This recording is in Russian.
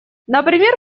например